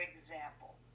example